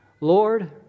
Lord